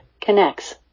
connects